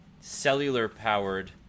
cellular-powered